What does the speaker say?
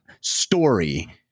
story